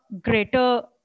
greater